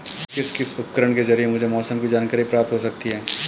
किस किस उपकरण के ज़रिए मुझे मौसम की जानकारी प्राप्त हो सकती है?